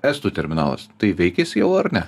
estų terminalas tai veikia jis jau ar ne